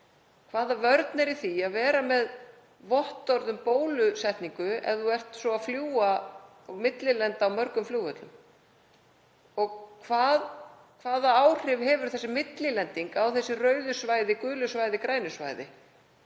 Hvaða vörn er í því að vera með vottorð um bólusetningu ef þú ert svo að fljúga og millilenda á mörgum flugvöllum? Hvaða áhrif hefur millilending á þessum rauðu svæðum, gulu svæðum, grænu svæðum,